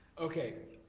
okay.